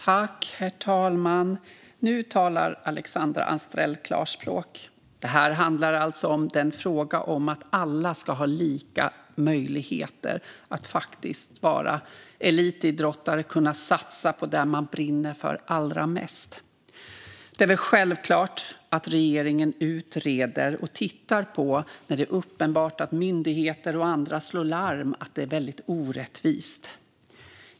Herr talman! Nu talar Alexandra Anstrell klarspråk. Det här handlar alltså om frågan om att alla ska ha lika möjligheter att vara elitidrottare och kunna satsa på det man brinner för allra mest. Det är väl självklart att regeringen utreder och tittar på fall där det är uppenbart att myndigheter och andra slår larm om att det är väldigt orättvist.